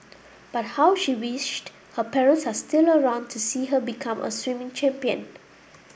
but how she wished her parents are still around to see her become a swimming champion